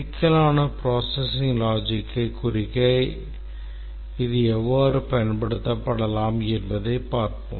சிக்கலான processing logic குறிக்க இது எவ்வாறு பயன்படுத்தப்படலாம் என்பதைப் பார்ப்போம்